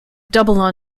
double